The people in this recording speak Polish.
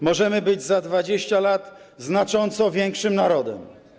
Możemy być za 20 lat znacząco większym narodem.